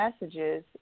messages